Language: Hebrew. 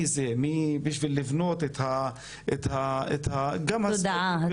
זה?" בשביל לבנות את--- התודעה הציבורית.